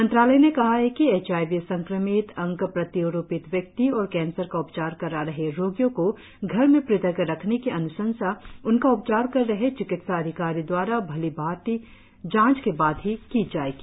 मंत्रालय ने कहा है कि एचआईवी संक्रमित अंग प्रत्योरोपित व्यक्ति और केंसर का उपचार करा रहे रोगियों को घर में पृथक रखने की अन्शंसा उनका उपचार कर रहे चिकित्सा अधिकारी द्वारा भलीभांति जांच के बाद ही की जाएगी